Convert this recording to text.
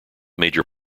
major